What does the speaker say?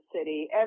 city